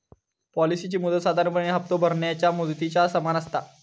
पॉलिसीची मुदत साधारणपणे हप्तो भरणाऱ्या मुदतीच्या समान असता